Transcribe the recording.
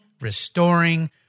restoring